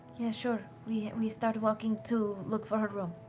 yeah, sure. we we start walking to look for her room.